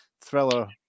thriller